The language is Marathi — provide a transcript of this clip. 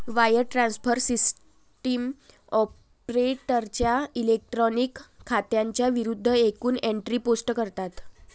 वायर ट्रान्सफर सिस्टीम ऑपरेटरच्या इलेक्ट्रॉनिक खात्यांच्या विरूद्ध एकूण एंट्री पोस्ट करतात